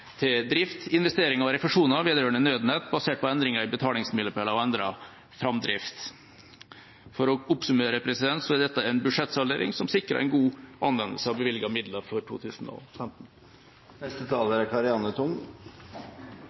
til drift, investering og refusjoner vedrørende Nødnett basert på endringer i betalingsmilepæler og endret framdrift. For å oppsummere er dette en budsjettsaldering som sikrer en god anvendelse av bevilgede midler for 2015.